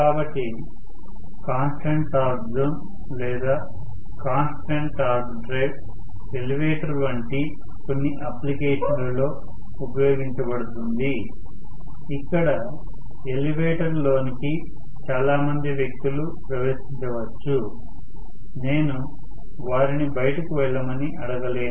కాబట్టి constant torque zone లేదా constant torque drive elevator వంటి కొన్ని అప్లికేషన్లలో ఉపయోగించబడుతుంది ఇక్కడ ఎలివేటర్ లోనికి చాలా మంది వ్యక్తులు ప్రవేశించవచ్చు నేను వారిని బయటకు వెళ్ళమని అడగలేను